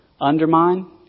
undermine